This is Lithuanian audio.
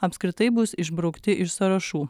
apskritai bus išbraukti iš sąrašų